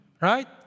Right